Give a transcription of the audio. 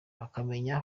bakamenya